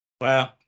Wow